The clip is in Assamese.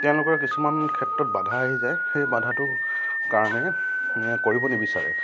তেওঁলোকৰ কিছুমান ক্ষেত্ৰত বাধা আহি যায় সেই বাধাটোৰ কাৰণে কৰিব নিবিচাৰে